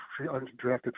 undrafted